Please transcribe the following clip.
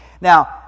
Now